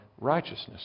righteousness